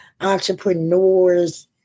entrepreneurs